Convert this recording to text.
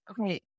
okay